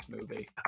movie